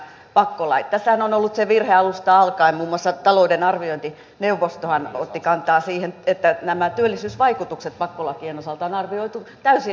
tässähän on ollut se virhe alusta alkaen muun muassa talouden arviointineuvostohan otti kantaa siihen että nämä työllisyysvaikutukset pakkolakien osalta on arvioitu täysin yläkanttiin